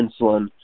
insulin